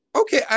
Okay